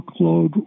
workload